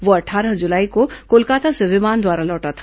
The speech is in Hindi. वह अट्ठारह जुलाई को कोलकाता से विमान द्वारा लौटा था